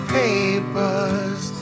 papers